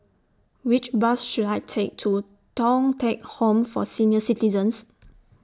Which Bus should I Take to Thong Teck Home For Senior Citizens